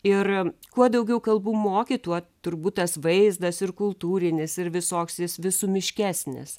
ir kuo daugiau kalbų moki tuo turbūt tas vaizdas ir kultūrinis ir visoks jis visumiškesnis